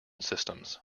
systems